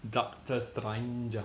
doctor stranger